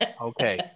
okay